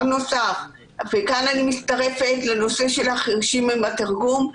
דבר נוסף וכאן אני מצטרפת לנושא של החירשים עם התרגום: